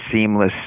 seamless